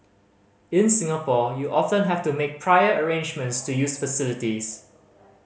in Singapore you often have to make prior arrangements to use facilities